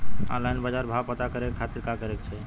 Online बाजार भाव पता करे के खाती का करे के चाही?